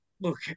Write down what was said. Look